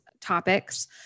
topics